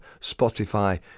spotify